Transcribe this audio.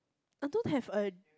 I don't have a